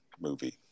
movie